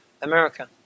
America